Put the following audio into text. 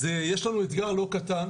אז יש לנו אתגר לא קטן,